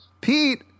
Pete